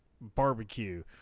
barbecue